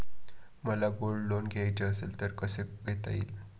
मला gold loan घ्यायचे असेल तर कसे घेता येईल?